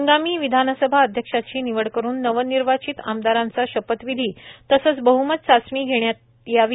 हंगामी विधानसभा अध्यक्षाची निवड करुन नवनिर्वाचित आमदारांचा शपथविधी तसंच बहुमत चाचणी घेण्यात करण्यात यावी